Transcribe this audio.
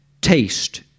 taste